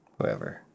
whoever